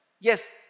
Yes